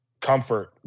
comfort